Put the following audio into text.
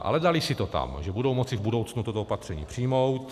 Ale daly si to tam, že budou moci v budoucnu toto opatření přijmout.